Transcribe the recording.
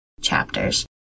chapters